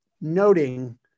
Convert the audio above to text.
noting